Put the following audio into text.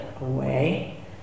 away